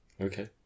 Okay